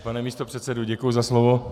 Pane místopředsedo, děkuji za slovo.